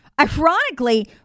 Ironically